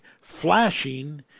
flashing